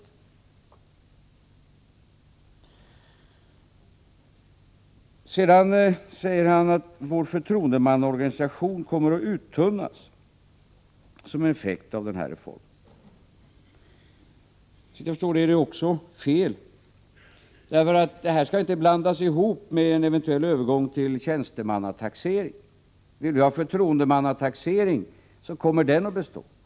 Stig Josefson säger också att vår förtroendemannaorganisation kommer att uttunnas som en effekt av denna reform. Såvitt jag förstår är det också fel, eftersom detta inte skall blandas ihop med en eventuell övergång till tjänstemannataxering. Vill vi ha förtroendemannataxering kommer den att bestå.